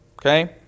Okay